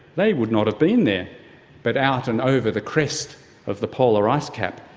they would not have been there but out and over the crest of the polar ice cap,